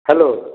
hello